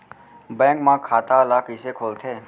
Bank म खाता ल कइसे खोलथे?